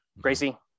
Gracie